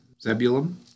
Zebulun